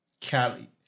Cali